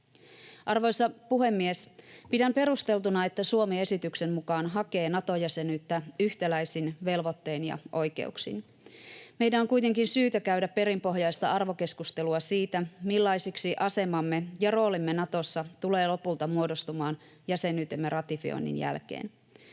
Arvoisa puhemies! Pidän perusteltuna, että Suomi esityksen mukaan hakee Nato-jäsenyyttä yhtäläisin velvoittein ja oikeuksin. Meidän on kuitenkin syytä käydä perinpohjaista arvokeskustelua siitä, millaiseksi asemamme ja roolimme Natossa tulee lopulta muodostumaan jäsenyytemme ratifioinnin jälkeen.